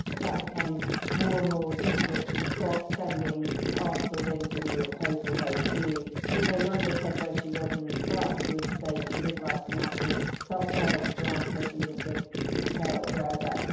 that became more and more difficult. she stopped sending articles in to the new york post, or very few. she no longer said where she was in france. she would say, if she did write an article, somewhere in france, so she wouldn't give her whereabouts.